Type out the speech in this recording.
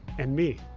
and me.